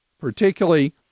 particularly